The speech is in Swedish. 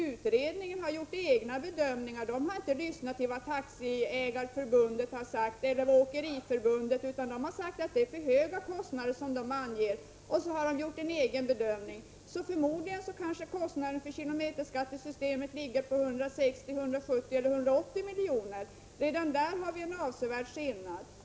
Utredningen har nämligen, i stället för att lyssna på vad Taxiägareförbundet eller Åkeriförbundet har sagt, gjort en egen bedömning. Förmodligen ligger kostnaderna för kilometerskattesystemet på 160, 170 eller kanske 180 milj.kr. Redan där har vi alltså en avsevärd skillnad.